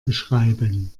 beschreiben